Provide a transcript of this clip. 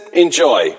enjoy